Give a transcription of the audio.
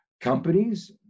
companies